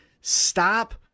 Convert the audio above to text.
stop